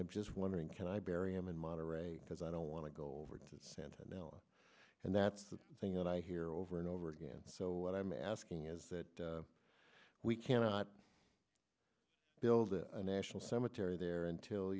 i'm just wondering can i bury him in monterrey because i don't want to go over to santa now and that's the thing i hear over and over again so what i'm asking is that we cannot build a national cemetery there until